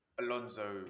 Alonso